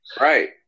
Right